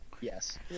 Yes